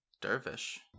Dervish